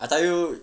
I tell you